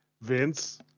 vince